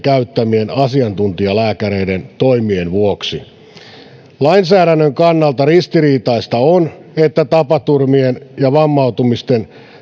käyttämien asiantuntijalääkäreiden toimien vuoksi lainsäädännön kannalta ristiriitaista on että tapaturmien ja vammautumisten